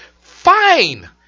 fine